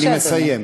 אני מסיים.